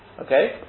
Okay